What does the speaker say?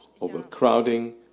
Overcrowding